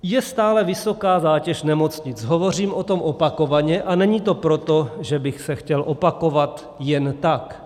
Je stále vysoká zátěž nemocnic, hovořím o tom opakovaně, a není to proto, že bych se chtěl opakovat jen tak.